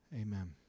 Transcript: Amen